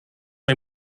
est